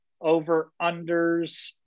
over-unders